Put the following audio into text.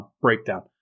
breakdown